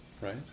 Right